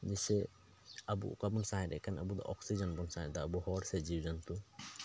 ᱡᱮᱥᱮ ᱟᱵᱚ ᱚᱠᱟ ᱵᱚᱱ ᱥᱟᱦᱮᱸᱫ ᱮᱫ ᱠᱟᱱᱟ ᱟᱵᱚ ᱫᱚ ᱚᱠᱥᱤᱡᱮᱱ ᱵᱚᱱ ᱥᱟᱦᱮᱸᱫ ᱮᱫᱟ ᱟᱵᱚ ᱦᱚᱲ ᱥᱮ ᱡᱤᱵᱽ ᱡᱚᱱᱛᱩ